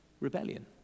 rebellion